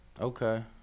Okay